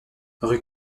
rue